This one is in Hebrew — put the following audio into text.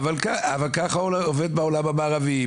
ככה זה עובד בעולם המערבי,